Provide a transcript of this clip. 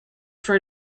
for